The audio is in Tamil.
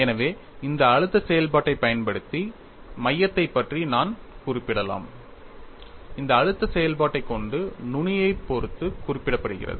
எனவே இந்த அழுத்த செயல்பாட்டைப் பயன்படுத்தி மையத்தைப் பற்றி நான் குறிப்பிடலாம் இந்த அழுத்த செயல்பாட்டைக் கொண்டு நுனியைப் பொறுத்து குறிப்பிடப்படுகிறது